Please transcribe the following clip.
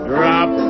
Drop